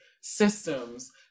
systems